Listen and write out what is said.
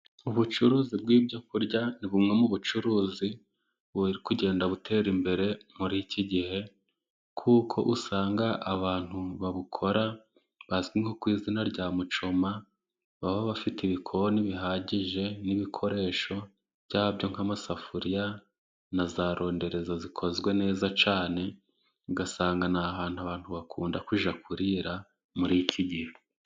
Ubucuruzi bw'ibyo kurya ni bumwe mu bucuruzi buri kugenda butera imbere muri iki gihe, kuko usanga abantu babukora bazwi nko ku izina rya mucoma, baba bafite ibikoni bihagije n'ibikoresho byabyo nk'amasafuriya, na za rondereza zikozwe neza cyane, ugasanga ni ahantu abantu bakunda kujya kurira muri iki gihe.